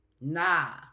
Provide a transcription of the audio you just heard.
Nah